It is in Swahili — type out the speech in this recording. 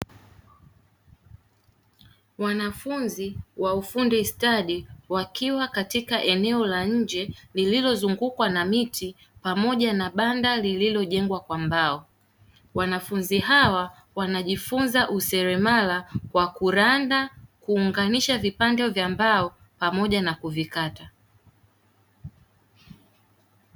Wanafunzi wa ufundi stadi wakiwa katika eneo la nje lililozungukwa na miti pamoja na banda lililojengwa kwa mbao. Wanafunzi hawa wanajifunza useremala wa kuranda, kuunganisha vipande vya mbao pamoja na kuvikata.